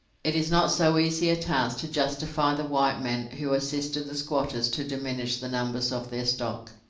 it is not so easy a task to justify the white men who assisted the squatters to diminish the numbers of their stock.